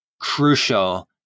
crucial